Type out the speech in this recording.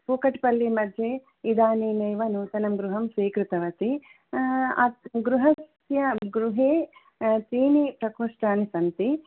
कुकट्पल्ली मध्ये इदानीमेव नूतनं गृहं स्वीकृतवती गृहस्य गृहे त्रीनि प्रकोष्ठानि सन्ति